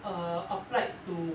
err applied to